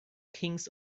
kings